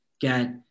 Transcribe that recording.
get